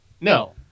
No